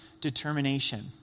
determination